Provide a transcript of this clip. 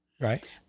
Right